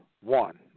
One